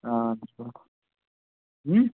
آ اصٕل کوٚرُکھ